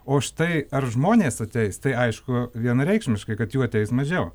o štai ar žmonės ateis tai aišku vienareikšmiškai kad jų ateis mažiau